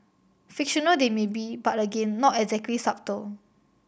fictional they may be but again not exactly subtle